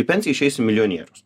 į pensiją išeisi milijonierius